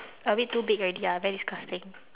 a bit too big already ah very disgusting